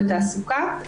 בתעסוקה,